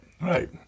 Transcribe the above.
right